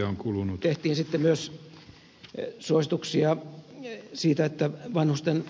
samaan tapaan tehtiin sitten myös suosituksia siitä että vanhusten